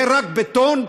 יהיה רק בטון,